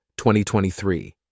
2023